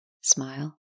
Smile